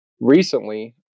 recently